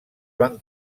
van